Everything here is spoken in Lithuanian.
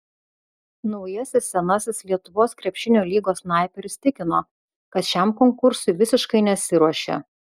naujasis senasis lietuvos krepšlinio lygos snaiperis tikino kad šiam konkursui visiškai nesiruošė